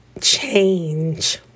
change